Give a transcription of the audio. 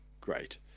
great